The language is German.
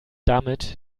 damit